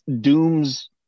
dooms